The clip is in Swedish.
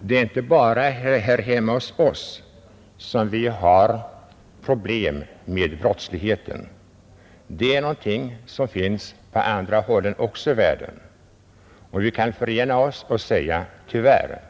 det inte bara är här hemma hos oss som vi har problem med brottsligheten, utan det är någonting som finns också på andra håll i världen, och vi kan säkert förena oss och tillägga — tyvärr.